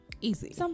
Easy